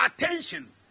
attention